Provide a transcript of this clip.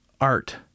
art